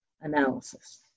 analysis